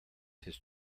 his